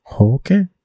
Okay